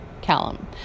Callum